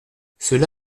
cela